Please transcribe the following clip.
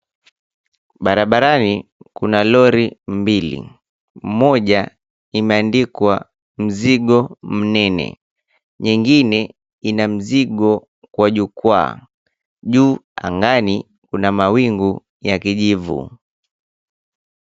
Barabarani kuna lori mbili, moja imeandikwa mzigo mnene, nyingine ina mzigo kwa jukwaa. Juu angani kuna mawingu ya kijivu.